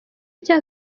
cya